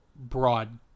broad